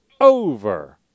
over